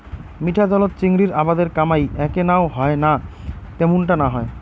মিঠা জলত চিংড়ির আবাদের কামাই এ্যাকনাও হয়না ত্যামুনটা না হয়